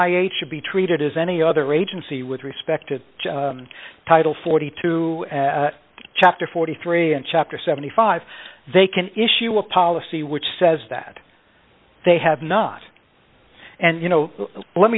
i should be treated as any other agency with respect to title forty two chapter forty three and chapter seventy five dollars they can issue a policy which says that they have not and you know let